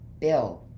Bill